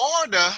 order